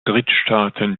drittstaaten